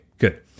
Good